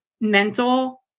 mental